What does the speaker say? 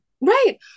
right